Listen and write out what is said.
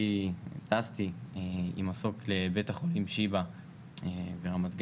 והוטסתי עם מסוק לבית החולים שיבא ברמת גן.